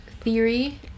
theory